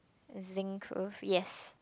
zinc roof yes